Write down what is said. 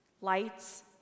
Lights